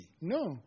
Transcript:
No